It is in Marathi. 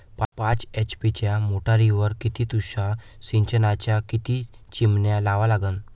पाच एच.पी च्या मोटारीवर किती तुषार सिंचनाच्या किती चिमन्या लावा लागन?